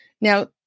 Now